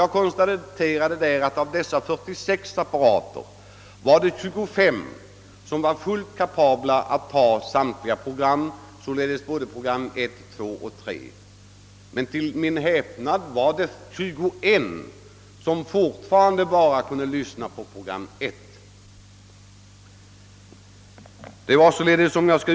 Jag konstaterade att av dessa 46 apparater var det bara 25 som kunde ta in samtliga program, alltså program 1, 2 och 3. Och till min häpnad var det 21 som fortfarande bara kunde lyssna på program 1.